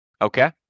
Okay